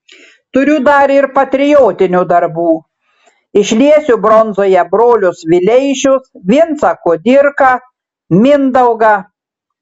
turiu dar ir patriotinių darbų išliesiu bronzoje brolius vileišius vincą kudirką mindaugą